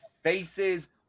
faces